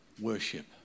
worship